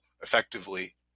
effectively